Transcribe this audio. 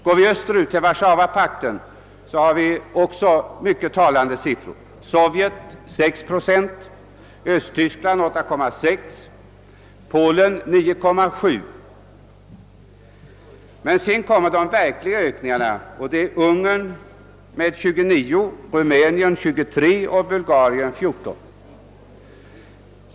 Går vi österut till Warszawapaktsländerna har vi också mycket talande siffror: Sovjet ökar med 6 procent, Östtyskland med 8,6 procent och Polen med 9,7 procent. För de verkliga ökningarna svarar Ungern med 29 procent, Rumänien med 23 procent och Bulgarien med 14 procent.